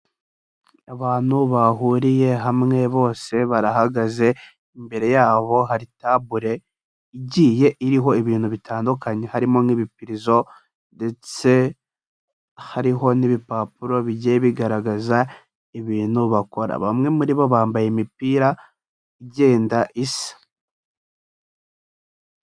Abantu bahuriye hamwe bose barahagaze, imbere yabo hari table igiye iriho ibintu bitandukanye, harimo nk'ibipirizo ndetse hariho n'ibipapuro bigiye bigaragaza ibintu bakora, bamwe muri bo bambaye imipira igenda isa.